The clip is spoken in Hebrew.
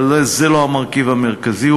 אבל זה לא המרכיב המרכזי,